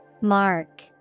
Mark